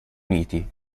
uniti